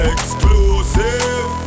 Exclusive